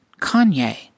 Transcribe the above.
Kanye